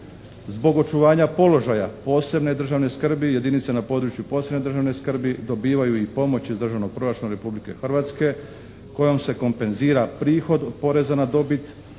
Zbog očuvanja položaja posebne državne skrbi jedinice na području posebne državne skrbi dobivaju i pomoć iz državnog proračuna Republike Hrvatske kojom se kompenzira prihod od poreza na dobit